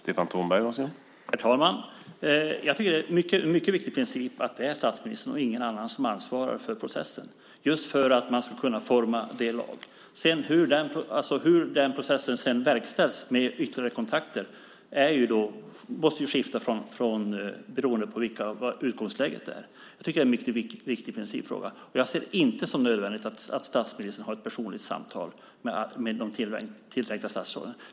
Herr talman! Det är en mycket viktig princip att det är statsministern och ingen annan som ansvarar för processen just för att man ska kunna forma laget. Hur processen verkställs med ytterligare kontakter måste skifta beroende på utgångsläget. Det tycker jag är en mycket viktig principfråga. Jag ser det inte som nödvändigt att statsministern har ett personligt samtal med de tilltänkta statsråden.